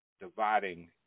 dividing